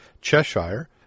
Cheshire